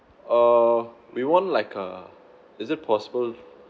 err we won't like uh is it possible